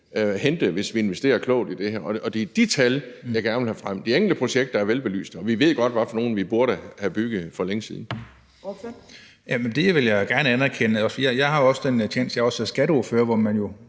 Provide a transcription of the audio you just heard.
hente, hvis vi investerer klogt i det. Og det er de tal, jeg gerne vil have frem. De enkelte projekter er velbelyste, og vi ved godt, hvad for nogle vi burde have bygget for længe siden. Kl. 11:38 Fjerde næstformand (Trine Torp): Ordføreren.